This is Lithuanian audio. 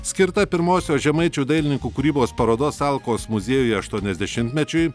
skirta pirmosios žemaičių dailininkų kūrybos parodos alkos muziejuje aštuoniasdešimtmečiui